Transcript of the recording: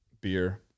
Beer